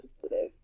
sensitive